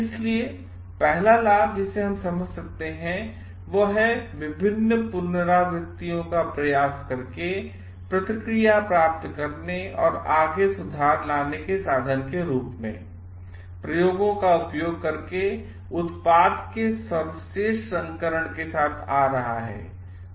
इसलिए पहला लाभ जिसे हम समझ सकते हैं वह है विभिन्न पुनरावृत्तियों पर प्रयासकरकेप्रतिक्रिया प्राप्तकरनेऔर आगे सुधार लाने केसाधन के रूप मेंप्रयोगोंका उपयोग करकेउत्पाद के सर्वश्रेष्ठ संस्करण के साथ आ रहा है